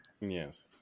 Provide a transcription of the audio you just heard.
Yes